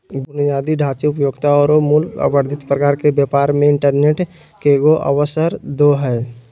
बुनियादी ढांचे, उपभोक्ता औरो मूल्य वर्धित प्रकार के व्यापार मे इंटरनेट केगों अवसरदो हइ